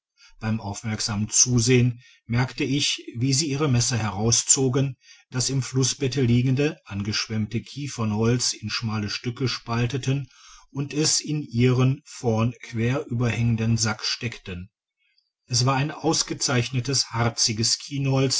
beim aufmerksamen zusehen merkte ich wie sie ihre messer herauszogen das im flussbette liegende angeschwemmte kiefernholz ia schmale stücke spalteten und es in ihren vorn quer tiberhängenden sack steckten es war ein ausgezeichnetes